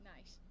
Nice